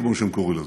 כמו שהם קראו לזה,